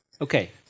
Okay